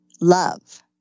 love